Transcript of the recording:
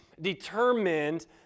determined